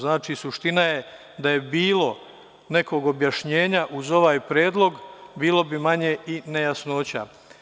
Znači, suština je da je bilo nekog objašnjenja uz ovaj predlog, bilo bi manje i nejasnoća.